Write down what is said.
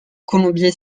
colombier